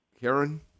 Karen